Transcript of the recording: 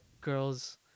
girls